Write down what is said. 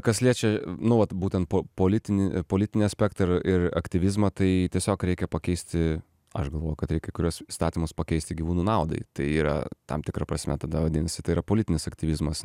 kas liečia nu vat būtent politinį politinį aspektą ir ir aktyvizmą tai tiesiog reikia pakeisti aš galvoju kad reik kai kuriuos įstatymus pakeisti gyvūnų naudai tai tam tikra prasme tada vadinasi tai yra politinis aktyvizmas